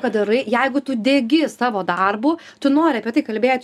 ką darai jeigu tu degi savo darbu tu nori apie tai kalbėt